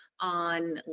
on